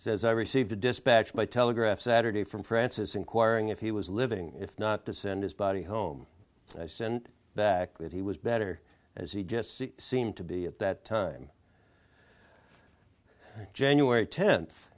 says i received a dispatch by telegraph saturday from francis inquiring if he was living if not to send his body home so i sent back that he was better as he just seemed to be at that time january ten